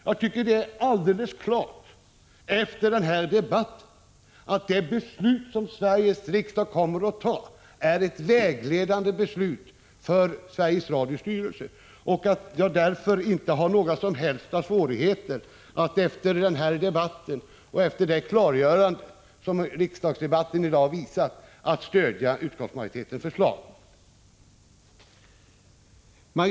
Jag tycker att det är alldeles klart, efter den debatten, att det beslut som Sveriges riksdag kommer att fatta är ett beslut som skall vara vägledande för Sveriges Radios styrelse. Jag har därför inte några som helst svårigheter att, efter denna debatt och det klargörande den har gett, stödja utskottsmajoritetens förslag.